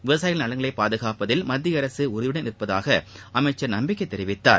விவசாயிகளின் நலன்களை பாதுகாப்பதில் மத்திய அரசு உறுதியுடன் உள்ளதாக அமைச்சா் நம்பிக்கை தெரிவித்தார்